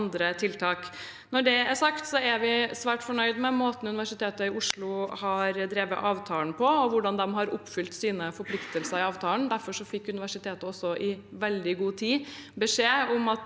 Når det er sagt, er vi svært fornøyde med måten Universitetet i Oslo har drevet avtalen på, og hvordan de har oppfylt sine forpliktelser i avtalen. Derfor fikk universitetet også i veldig god tid beskjed om at